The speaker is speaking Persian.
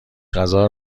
غذا